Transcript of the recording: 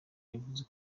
yavuze